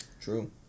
True